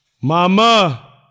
Mama